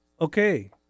okay